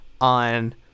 on